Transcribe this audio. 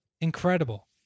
incredible